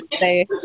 say